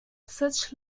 such